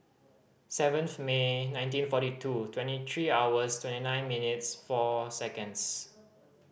seventh May nineteen forty two twenty three hours twenty nine minutes four seconds